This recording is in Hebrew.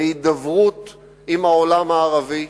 להידברות עם העולם הערבי,